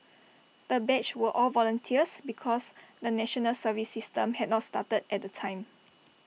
the batch were all volunteers because the National Service system had not started at the time